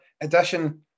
edition